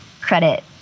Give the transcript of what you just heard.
credit